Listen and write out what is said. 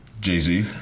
Jay-Z